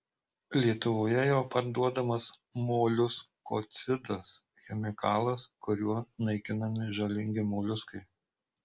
lietuvoje jau parduodamas moliuskocidas chemikalas kuriuo naikinami žalingi moliuskai